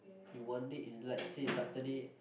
in one day is like say Saturday